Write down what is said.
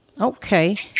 Okay